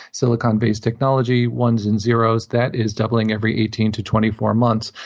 silicon-based technology, ones and zeros, that is doubling every eighteen to twenty four months,